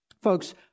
Folks